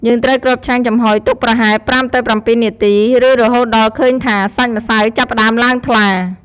យើងត្រូវគ្របឆ្នាំងចំហុយទុកប្រហែល ៥ទៅ៧ នាទី ឬរហូតដល់ឃើញថាសាច់ម្សៅចាប់ផ្តើមឡើងថ្លា។